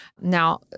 Now